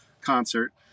concert